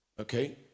Okay